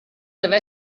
deve